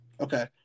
Okay